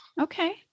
Okay